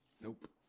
Nope